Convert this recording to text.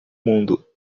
mundo